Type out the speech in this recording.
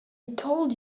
told